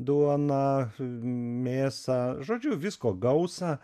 duoną mėsą žodžiu visko gausą